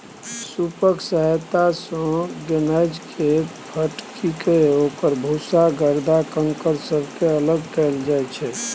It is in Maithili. सूपक सहायता सँ अनाजकेँ फटकिकए ओकर भूसा गरदा कंकड़ सबके अलग कएल जाइत छै